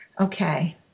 Okay